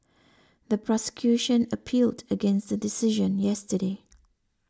the prosecution appealed against the decision yesterday